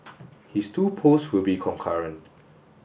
his two posts will be concurrent